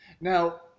Now